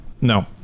No